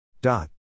Dot